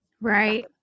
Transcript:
Right